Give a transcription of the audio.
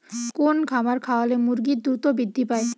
কোন খাবার খাওয়ালে মুরগি দ্রুত বৃদ্ধি পায়?